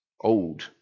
old